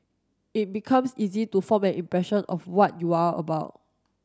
it becomes easy to form an impression of what you are about